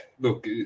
look